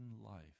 life